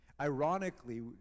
Ironically